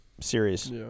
series